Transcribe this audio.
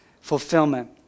fulfillment